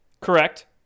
Correct